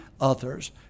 others